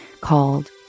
called